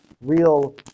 real